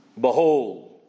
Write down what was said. Behold